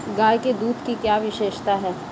गाय के दूध की क्या विशेषता है?